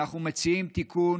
אנחנו מציעים תיקון